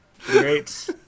Great